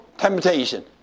Temptation